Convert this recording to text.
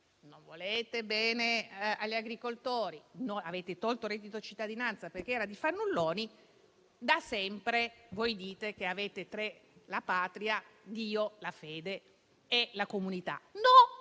imprese né agli agricoltori, avete tolto il reddito cittadinanza perché era da fannulloni. Da sempre voi dite che avete la Patria, Dio e la fede e la comunità. No,